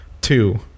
Two